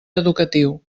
educatiu